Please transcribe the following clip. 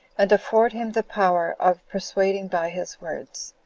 and afford him the power of persuading by his words,